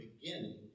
beginning